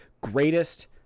greatest